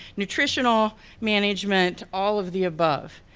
nutritional management, all of the above.